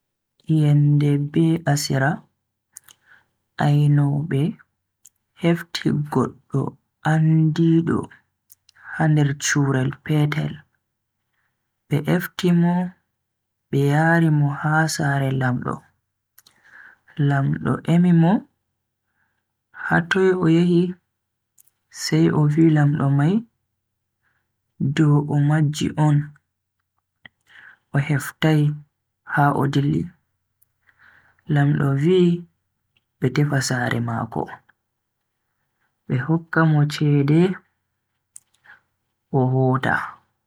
Yende be asira, ainobe hefti goddo andiido ha nder churel petel. Be efti mo be yari mo sare lamdo, lamdo emi mo hatoi o yehi sai o vi lamdo mai dow o majji on o heftai ha o dilli, lamdo vi be tefa sare mako be hokka mo chede o hota.